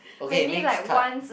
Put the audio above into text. okay next card